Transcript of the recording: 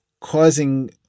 causing